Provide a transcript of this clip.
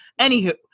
anywho